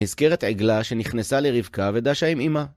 נזכרת עגלה שנכנסה לרבקה ודשה עם אימה.